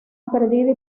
perdida